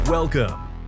Welcome